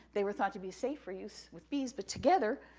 they were thought to be safe for use with bees, but together,